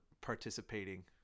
participating